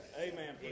Amen